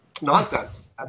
nonsense